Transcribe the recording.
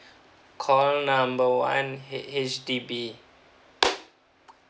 call number one h H_D_B